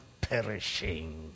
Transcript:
perishing